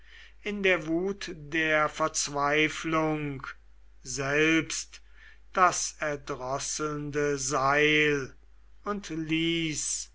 in der wut der verzweiflung selbst das erdrosselnde seil und ließ